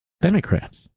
Democrats